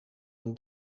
een